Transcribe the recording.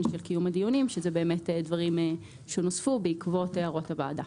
של קיום הדיונים שאלה באמת דברים שנוספו בעקבות הערות הוועדה.